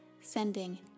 sending